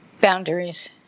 boundaries